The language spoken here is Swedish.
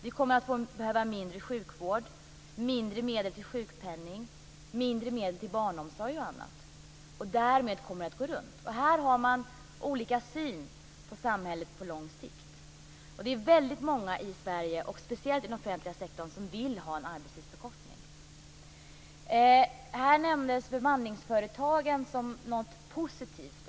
Vi kommer att behöva mindre sjukvård, mindre medel till sjukpenning, mindre medel till barnomsorg osv. Därmed kommer det att gå runt. Här har man olika syn på samhället på lång sikt. Det är väldigt många i Sverige, speciellt inom den offentliga sektorn, som vill ha en arbetstidsförkortning. Här nämndes bemanningsföretagen som någonting positivt.